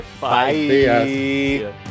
Bye